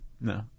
No